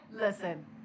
Listen